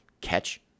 catch